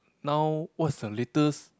now what's the latest